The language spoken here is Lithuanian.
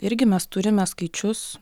irgi mes turime skaičius